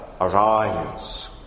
arise